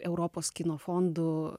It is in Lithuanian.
europos kino fondų